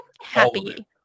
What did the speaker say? happy